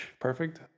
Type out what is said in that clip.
perfect